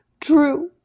true